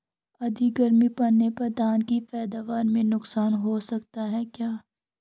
अधिक गर्मी पड़ने पर धान की पैदावार में नुकसान हो सकता है क्या?